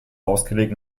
ausgelegt